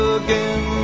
again